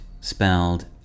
spelled